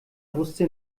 wusste